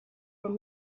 from